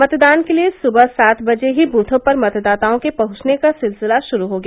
मतदान के लिये सुबह सात बजे ही दृथों पर मतदाताओं के पहुंचने का सिलसिला शुरू हो गया